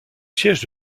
siège